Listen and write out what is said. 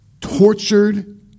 tortured